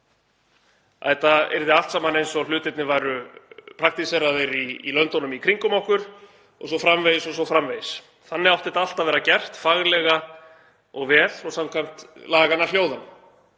Þetta yrði allt saman eins og hlutirnir væru praktíseraðir í löndunum í kringum okkur o.s.frv. Þannig átti þetta allt að vera gert faglega og vel og samkvæmt laganna hljóðan.